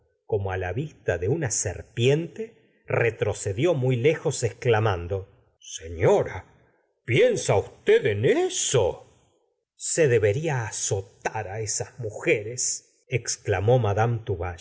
como á la vista de una serpiente retrocedió muy lejos exclamando señora piensa usted en eso se debería azotar á esas mujeresl exclamó madama